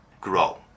grow